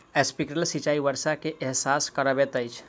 sprinkler सिचाई वर्षा के एहसास करबैत अछि